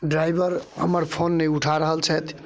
driver हमर phone नहि उठा रहल छथि